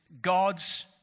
God's